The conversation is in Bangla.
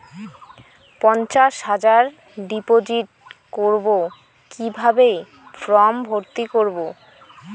পঞ্চাশ হাজার ডিপোজিট করবো কিভাবে ফর্ম ভর্তি করবো?